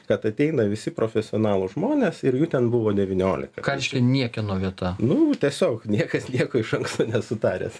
kad ateina visi profesionalūs žmonės ir jų ten buvo devyniolika ką reiškia niekieno vieta nu tiesiog niekas nieko iš anksto nesutaręs